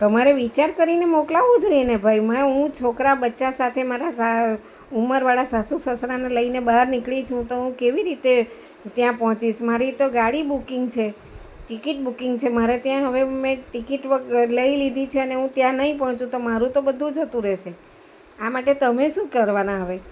તમારે વિચાર કરીને મોકલાવું જોઈએને ભાઈ એમાંય હું છોકરા બચ્ચા સાથે મારા સા ઉંમરવાળા સાસુ સસરાને લઈને બહાર નીકળી છું તો હું કેવી રીતે ત્યાં પહોંચીશ મારી તો ગાડી બુકિંગ છે ટિકિટ બુકિંગ છે મારે તે હવે મેં ટિકિટ વગ લઈ લીધી છેને હવે હું ત્યાં નહીં પહોંચું તો મારું તો બધું જતું રહેશે આ માટે તમે શું કરવાના હવે